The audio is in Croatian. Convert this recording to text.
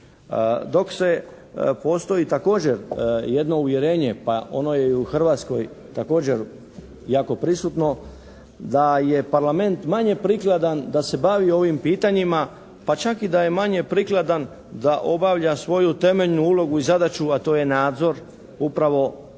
Dok se postoji također jedno uvjerenje pa ono je i u Hrvatskoj također jako prisutno, da je Parlament manje prikladan da se bavi ovim pitanjima, pa čak i da je manje prikladan da obavlja svoju temeljnu ulogu i zadaću, a to je nadzor upravo nad